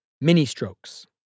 mini-strokes